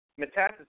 metastasis